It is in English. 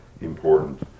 important